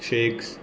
shakes